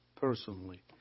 Personally